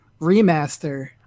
remaster